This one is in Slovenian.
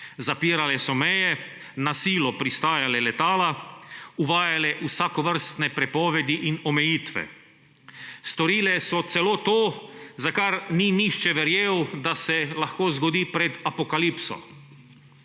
zapirale so meje, na silo pristajale letala, uvajale vsakovrstne prepovedi in omejitve. Storile so celo to, za kar ni nihče verjel, da se lahko zgodi pred apokalipso,